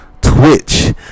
Twitch